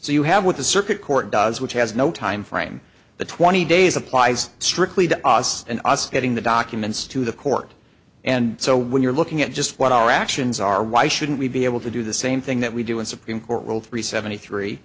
so you have with the circuit court does which has no timeframe the twenty days applies strictly to us and us getting the documents to the court and so when you're looking at just what our actions are why shouldn't we be able to do the same thing that we do in supreme court rule three seventy three